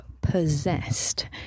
possessed